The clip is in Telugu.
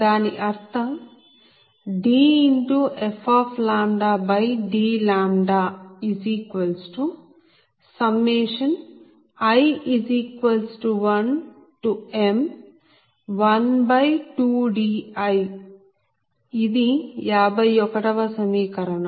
దాని అర్థం dfdλi1m12di ఇది 51 వ సమీకరణం